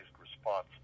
response